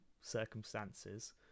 circumstances